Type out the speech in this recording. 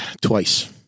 twice